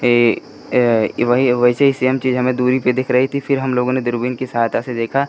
ऐ यह वही वैसी ही सेम चीज़ हमें दूरी पर दिख रही थी फिर हमलोगों ने दूरबीन की सहायता से देखा